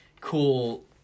cool